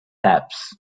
taps